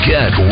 Get